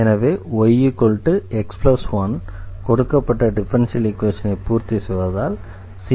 எனவே y x 1 கொடுக்கப்பட்ட differential ஈக்வேஷனை பூர்த்தி செய்கிறது